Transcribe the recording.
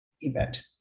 event